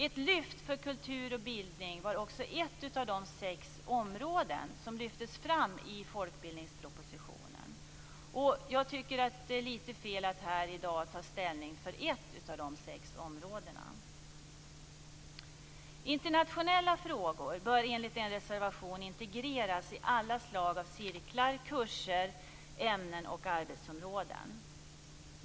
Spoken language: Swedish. Ett lyft för kultur och bildning var ett av de sex områden som lyftes fram i folkbildningspropositionen. Jag tycker att det är lite fel att i dag ta ställning för ett av de sex områdena. Internationella frågor bör enligt en reservation integreras i alla slag av cirklar, kurser, ämnen och arbetsområden.